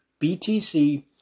BTC